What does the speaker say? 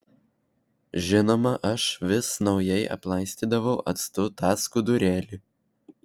žinoma aš vis naujai aplaistydavau actu tą skudurėlį